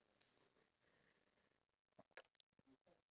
how's your pet bird at home